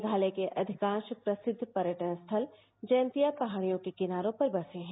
नेघालय के अधिकांश प्रसिद्ध पर्यटन स्थल जयंतिया पहाड़ियों के किनारों पर बसे हैं